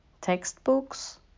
textbooks